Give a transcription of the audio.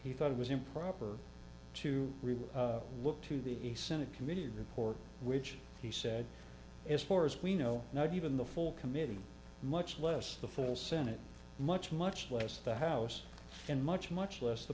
he thought it was improper to really look to the a senate committee report which he said as far as we know now even the full committee much less the full senate much much less the house and much much less the